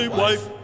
wife